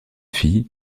fille